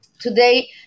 today